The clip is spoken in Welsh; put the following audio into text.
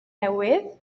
newydd